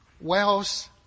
Wells